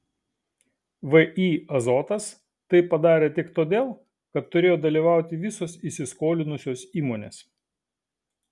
vį azotas tai padarė tik todėl kad turėjo dalyvauti visos įsiskolinusios įmonės